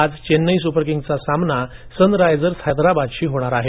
आज चेन्नई सुपर किंग्जचा सामना सन रायझर्स हैदराबादशी होणार आहे